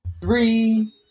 three